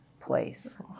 place